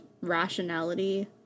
rationality